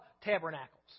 Tabernacles